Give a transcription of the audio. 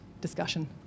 discussion